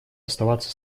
оставаться